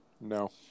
No